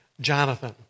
Jonathan